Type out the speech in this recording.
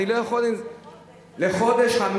לחודש.